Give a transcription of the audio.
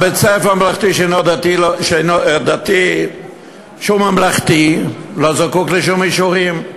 בית-הספר הדתי שהוא ממלכתי לא זקוק לשום אישורים.